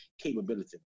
capability